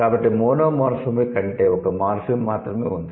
కాబట్టి మోనోమోర్ఫెమిక్ అంటే ఒక మార్ఫిమ్ మాత్రమే ఉంది